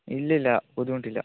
ഇല്ലില്ല ബുദ്ധിമുട്ടില്ല